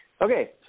Okay